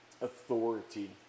authority